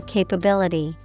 Capability